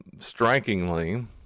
strikingly